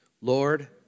Lord